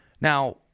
Now